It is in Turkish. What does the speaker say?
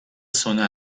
sona